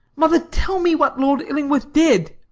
mother, tell me what lord illingworth did?